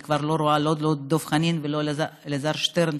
אני כבר לא רואה לא את דב חנין ולא את אלעזר שטרן,